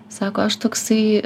sako aš toksai